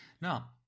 Now